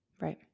Right